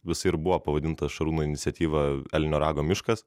jisai ir buvo pavadintas šarūno iniciatyva elnio rago miškas